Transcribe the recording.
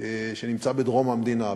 שנמצא בדרום המדינה,